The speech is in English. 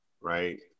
right